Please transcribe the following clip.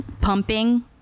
pumping